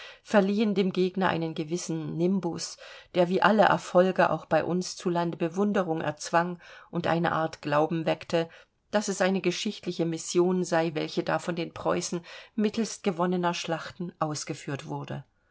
verliehen dem gegner einen gewissen nimbus der wie alle erfolge auch bei uns zu lande bewunderung erzwang und eine art glauben weckte daß es eine geschichtliche mission sei welche da von den preußen mittelst gewonnener schlachten ausgeführt wurde